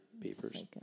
papers